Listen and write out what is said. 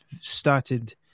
started